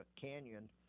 canyon –